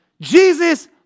Jesus